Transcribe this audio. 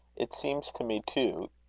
it seems to me, too,